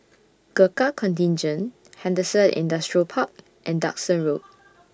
Gurkha Contingent Henderson Industrial Park and Duxton Road